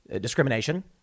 discrimination